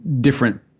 different